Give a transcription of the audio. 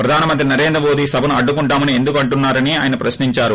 ప్రధానమంత్రి నరేంద్రమోదీ సభను అడ్డుకుంటామని ఎందుకు అంటున్నారని ఆయన ప్రశ్నించారు